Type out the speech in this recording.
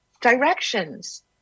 directions